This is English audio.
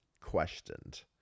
questioned